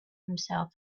himself